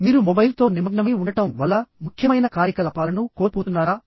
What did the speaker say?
మీరు మొబైల్ తో నిమగ్నమై ఉండటం వల్ల ముఖ్యమైన కార్యకలాపాలను కోల్పోతున్నారా